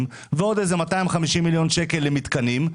ועוד איזה 250 מיליון שקל למתקנים.